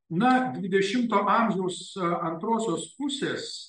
na dvidešimto amžiaus antrosios pusės